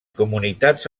comunitats